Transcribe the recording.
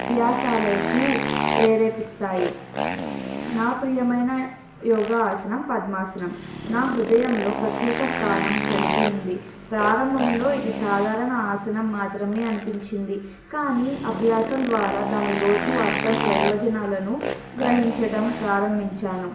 అభ్యాసాలకు ప్రేరేపిస్తాయి నా ప్రియమైన యోగా ఆసనం పద్మాసనం నా హృదయంలో ప్రత్యేక స్థానం కలిగి ఉంది ప్రారంభంలో ఇది సాధారణ ఆసనం మాత్రమే అనిపించింది కానీ అభ్యాసం ద్వారా దాని లోతు అర్థం ప్రయోజనాలను గ్రహించటం ప్రారంభించాను